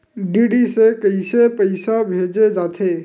DD से कइसे पईसा भेजे जाथे?